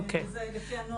זה יותר לפי נוהל.